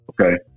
Okay